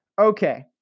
Okay